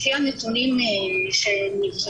לפי הנתונים שנבחנו,